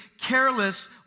careless